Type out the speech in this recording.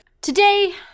today